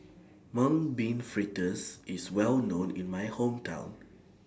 Mung Bean Fritters IS Well known in My Hometown